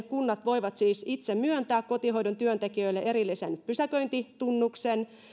kunnat voivat siis itse myöntää kotihoidon työntekijöille erillisen pysäköintitunnuksen